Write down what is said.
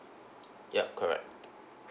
yup correct